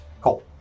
Cool